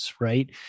right